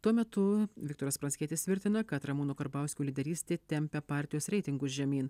tuo metu viktoras pranckietis tvirtina kad ramūno karbauskio lyderystė tempia partijos reitingus žemyn